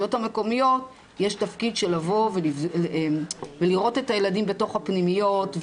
ברשויות המקומיות יש תפקיד של לבוא ולראות את הילדים בתוך הפנימיות,